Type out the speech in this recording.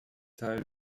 teil